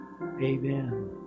Amen